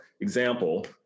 example